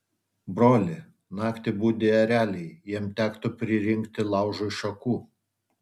broli naktį budi ereliai jiems tektų pririnkti laužui šakų